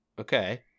okay